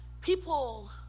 People